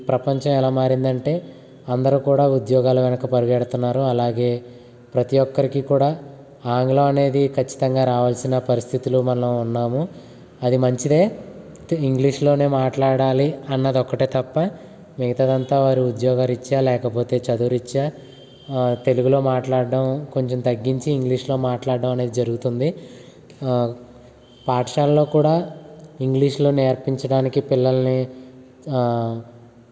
ప్రపంచం ఎలా మారింది అంటే అందరూ కూడా ఉద్యోగాల వెనుక పరిగెడుతున్నారు అలాగే ప్రతి ఒక్కరికి కూడా ఆంగ్లం అనేది ఖచ్చితంగా రావాల్సిన పరిస్థితులు మనం ఉన్నాము అది మంచిదే ఇంగ్లీషులోనే మాట్లాడాలి అన్నది ఒక్కటే తప్ప మిగతాదంతా వారు ఉద్యోగరీత్యా లేకపోతే చదువరీత్యా తెలుగులో మాట్లాడడం కొంచెం తగ్గించి ఇంగ్లీషులో మాట్లాడడం అనేది జరుగుతుంది పాఠశాలలో కూడా ఇంగ్లీషులో నేర్పించడానికి పిల్లల్ని